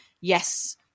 yes